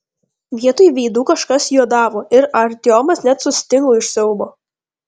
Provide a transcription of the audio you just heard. vietoj veidų kažkas juodavo ir artiomas net sustingo iš siaubo